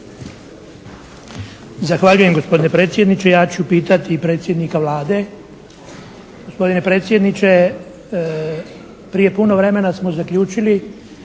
Zahvaljujem gospodine predsjedniče. Ja ću pitati predsjednika Vlade. Gospodine predsjedniče, prije puno vremena smo zaključili